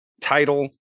title